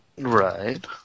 Right